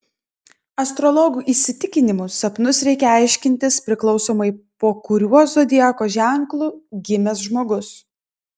astrologų įsitikinimu sapnus reikia aiškintis priklausomai po kuriuo zodiako ženklu gimęs žmogus